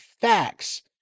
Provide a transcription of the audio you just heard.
facts